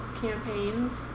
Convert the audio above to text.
campaigns